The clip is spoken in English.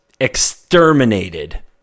exterminated